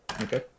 Okay